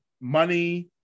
money